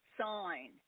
sign